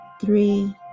three